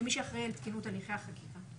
כמי שאחראי על תקינות הליכי החקיקה.